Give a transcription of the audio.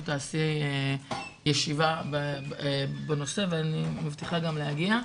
תעשי ישיבה בנושא ואני מבטיחה גם להגיע.